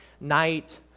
night